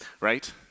right